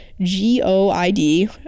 G-O-I-D